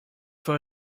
for